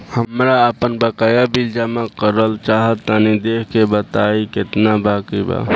हमरा आपन बाकया बिल जमा करल चाह तनि देखऽ के बा ताई केतना बाकि बा?